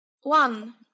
One